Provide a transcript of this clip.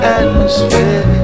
atmosphere